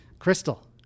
Crystal